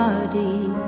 Body